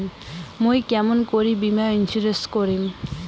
মুই কেমন করি বীমা ইন্সুরেন্স করিম?